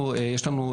אנחנו יש לנו,